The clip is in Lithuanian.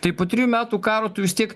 tai po trijų metų karo tu vis tiek